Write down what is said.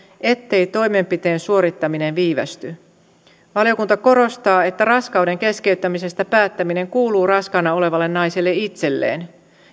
ettei toimenpiteen suorittaminen viivästy valiokunta korostaa että raskauden keskeyttämisestä päättäminen kuuluu raskaana olevalle naiselle itselleen